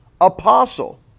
Apostle